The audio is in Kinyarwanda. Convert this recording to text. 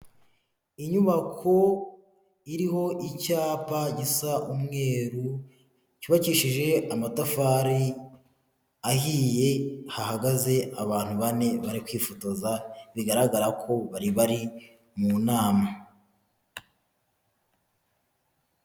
Inyubako iriho icyapa gisa umweru, cyubakishije amatafari ahiye, hahagaze abantu bane bari kwifotoza, bigaragara ko bari bari mu nama.